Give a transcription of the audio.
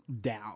down